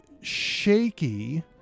shaky